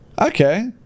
okay